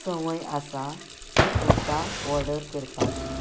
संवय आसा की कुर्ता ऑर्डर करपाची